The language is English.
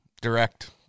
direct